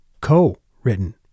co-written